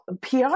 PR